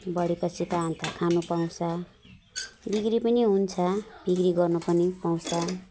बढे पछि त अन्त खानु पाउँछ बिक्री पनि हुन्छ बिक्री गर्नु पनि पाउँछ